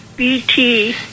BT